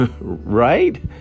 Right